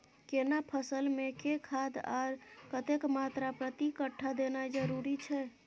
केना फसल मे के खाद आर कतेक मात्रा प्रति कट्ठा देनाय जरूरी छै?